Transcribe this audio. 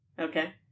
Okay